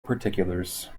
particulars